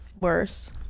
worse